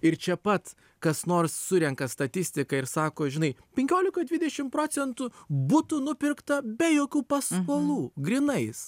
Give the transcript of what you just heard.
ir čia pat kas nors surenka statistiką ir sako žinai penkiolika dvidešim procentų butų nupirkta be jokių paskolų grynais